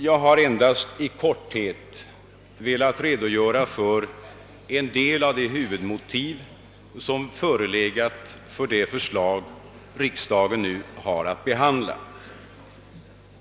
Jag har endast i korthet velat redogöra för en del av huvud motiven för det förslag som riksdagen nu behandlar.